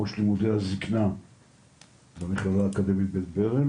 ראש לימודי הזקנה במכללה האקדמית בית ברל